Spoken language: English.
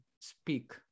speak